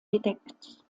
bedeckt